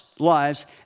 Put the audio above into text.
lives